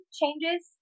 changes